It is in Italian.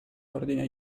ordine